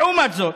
לעומת זאת,